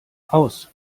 aus